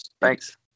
Thanks